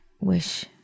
Wish